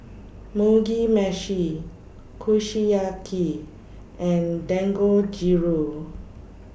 Mugi Meshi Kushiyaki and Dangojiru